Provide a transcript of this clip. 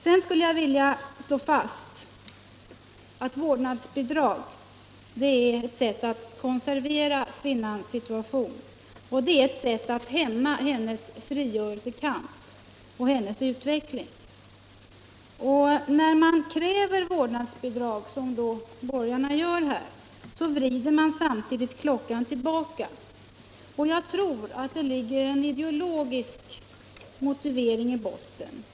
Sedan skulle jag vilja slå fast att införande av vårdnadsbidrag är ett sätt att konservera kvinnans situation och ett sätt att hämma hennes frigörelsekamp och hennes utveckling. När man kräver vårdnadsbidrag, som borgarna gör, vrider man samtidigt klockan tillbaka. Och jag tror att det ligger en ideologisk motivering i botten.